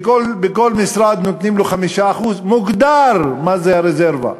לכל משרד נותנים 5%; מוגדר מה זה הרזרבה.